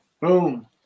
Boom